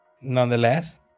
nonetheless